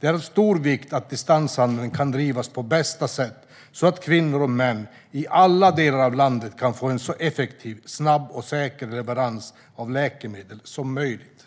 Det är av stor vikt att distanshandeln kan drivas på bästa sätt, så att kvinnor och män i alla delar av landet kan få en så effektiv, snabb och säker leverans av läkemedel som möjligt.